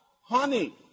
Honey